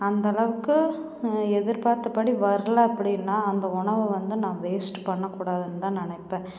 அந்த அளவுக்கு எதிர்பார்த்தபடி வரல அப்படின்னா அந்த உணவை வந்து நான் வேஸ்ட்டு பண்ணக்கூடாதுன்னு தான் நான் நினைப்பேன்